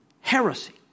heresy